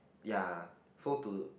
ya so to